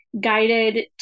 guided